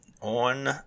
on